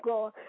God